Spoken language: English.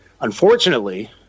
unfortunately